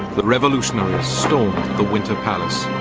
the revolutionaries stormed the winter palace.